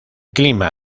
clima